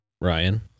Ryan